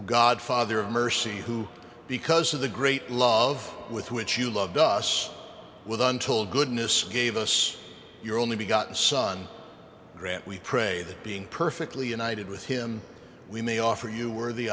god father of mercy who because of the great love with which you loved us with untold goodness gave us your only be gotten son grant we pray that being perfectly united with him we may offer you were the